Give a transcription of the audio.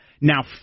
Now